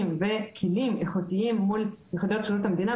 וכלים איכותיים מול יחידות שירות המדינה.